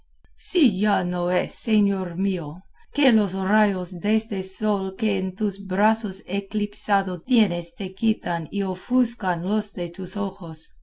si ya no es señor mío que los rayos deste sol que en tus brazos eclipsado tienes te quitan y ofuscan los de tus ojos